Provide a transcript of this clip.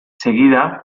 seguida